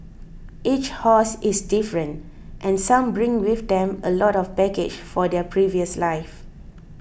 each horse is different and some bring with them a lot of baggage for their previous lives